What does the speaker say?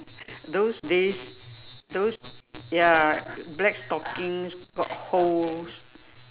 those days those ya black stockings got holes